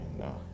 no